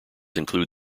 include